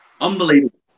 unbelievable